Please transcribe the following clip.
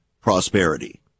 prosperity